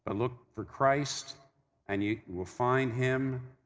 ah look for christ and you will find him,